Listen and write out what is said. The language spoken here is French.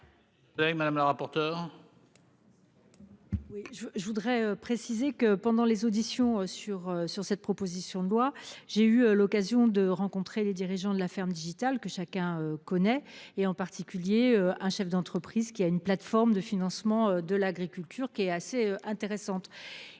madame la rapporteure.